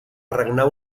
regnar